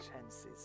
chances